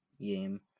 game